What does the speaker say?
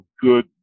good